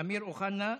אמיר אוחנה,